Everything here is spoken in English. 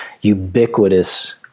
ubiquitous